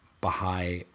Baha'i